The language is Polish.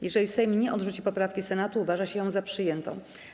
Jeżeli Sejm nie odrzuci poprawki Senatu, uważa się ją za przyjętą.